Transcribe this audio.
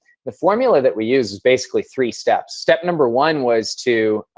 the formula that we used was basically three steps. step number one was to